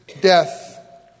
death